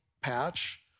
patch